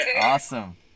Awesome